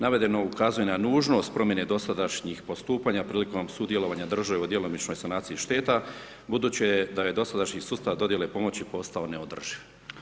Navedeno ukazuje na nužnost promjene dosadašnjih postupanja prilikom sudjelovanja države u djelomičnoj sanaciji šteta budući da je dosadašnji sustav dodijele pomoći postao neodrživ.